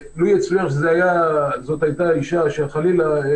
לו יצוין שהיה מדובר בעגונה,